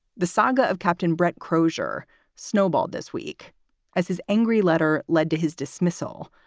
the saga of captain brett crozier snowballed this week as his angry letter led to his dismissal.